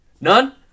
None